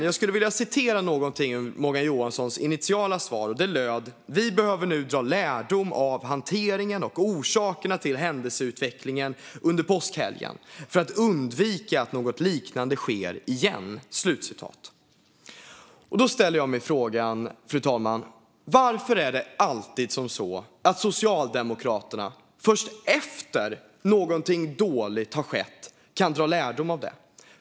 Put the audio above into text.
Jag skulle vilja citera någonting som stod i Morgan Johanssons initiala svar: "Vi behöver nu dra lärdom av hanteringen och orsakerna till händelseutvecklingen under påskhelgen, för att undvika att något liknande sker igen." Fru talman! Jag ställer mig frågan: Varför är det alltid så att Socialdemokraterna efter att någonting dåligt har skett kan dra lärdom av det?